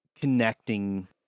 connecting